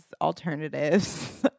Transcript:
alternatives